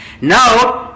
Now